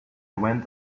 went